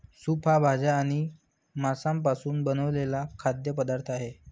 soup हा भाज्या आणि मांसापासून बनवलेला खाद्य पदार्थ आहे